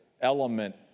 element